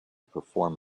perform